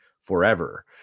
forever